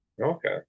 okay